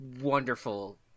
wonderful